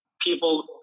people